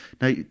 Now